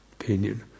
opinion